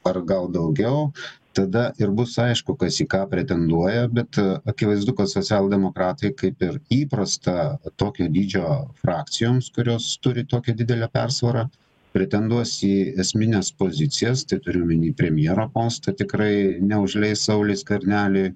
ar gal daugiau tada ir bus aišku kas į ką pretenduoja bet akivaizdu kad socialdemokratai kaip ir įprasta tokio dydžio frakcijoms kurios turi tokią didelę persvarą pretenduos į esmines pozicijas tai turiu omeny premjero postą tikrai neužleis sauliui skverneliui